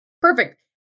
Perfect